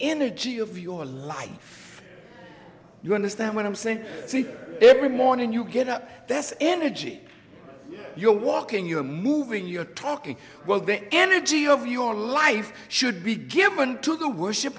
energy of your life you understand what i'm saying every morning you get up this energy you're walking you're moving you're talking well the energy of your life should be given to the worship